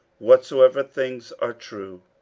whatsoever things are true,